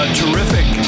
terrific